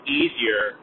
easier